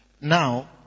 Now